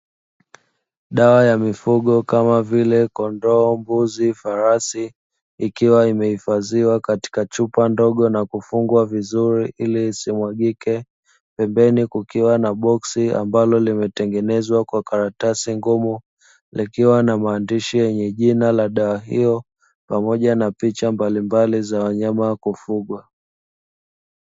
Dawa ya mifugo kama vile kondoo, mbuzi, farasi ikiwa imehifadhiwa katika chupa ndogo na kufungwa vizuri ili isimwagike, pembeni kukiwa na boksi ambalo limetengenezwa kwa karatasi ngumu, likiwa na maandishi yenye jina la dawa hio pamoja na picha mbalimbali za wanyama wa kufugwa.